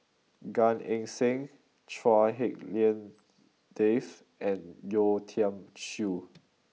Gan Eng Seng Chua Hak Lien Dave and Yeo Tiam Siew